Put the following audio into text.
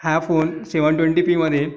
हा phone seven twenty पीमध्ये